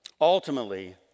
Ultimately